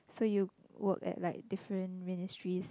so you work at like different ministries